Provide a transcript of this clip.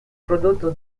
prodotto